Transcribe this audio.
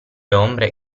ombre